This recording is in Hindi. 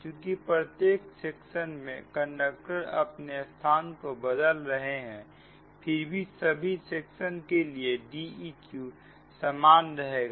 चुकी प्रत्येक सेक्शन में कंडक्टर अपने स्थान को बदल रहे हैं फिर भी सभी सेक्शन के लिए D eq समान रहेगा